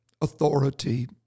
authority